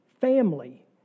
family